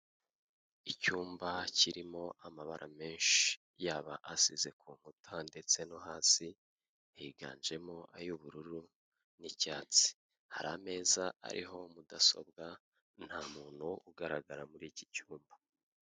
Icyumba kirimo amabara menshi yaba asize ku nkuta ndetse no hasi, higanjemo ay'ubururu n'icyatsi, hari ameza ariho mudasobwa nta muntu ugaragara muri iki cyumba.